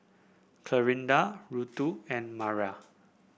Clarinda Ruthe and Mara